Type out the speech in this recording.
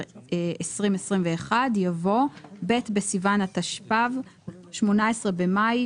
2021)" יבוא "ב' בסיון התשפ"ו (18 במאי